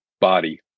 body